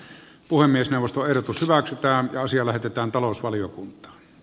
puhemiesneuvosto erotus maksetaan ja asia lähetetään talousvaliokuntaan